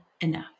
enough